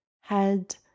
head